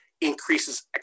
increases